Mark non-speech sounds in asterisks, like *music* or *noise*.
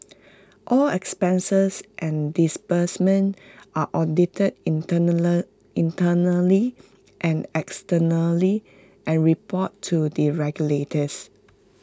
all expenses and disbursements are audited *unintelligible* internally and externally and reported to the regulators